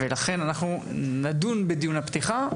לכן אנחנו נדון בדיון הפתיחה,